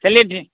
चलिए ठीक